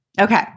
Okay